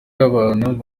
y’abantu